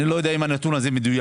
אני לא יודע אם הנתון הזה מדויק.